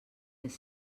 les